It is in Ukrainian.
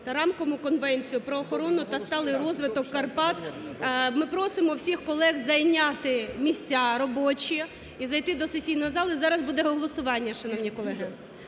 до Рамкової конвенції про охорону та сталий розвиток Карпат. Ми просимо всіх колег зайняти місця робочі і зайти до сесійної зали, зараз буде голосування, шановні колеги.